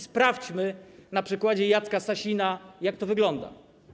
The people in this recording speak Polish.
Sprawdźmy na przykładzie Jacka Sasina, jak to wygląda.